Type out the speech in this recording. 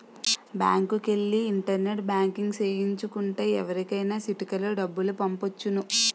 బ్యాంకుకెల్లి internet banking సేయించు కుంటే ఎవరికైనా సిటికలో డబ్బులు పంపొచ్చును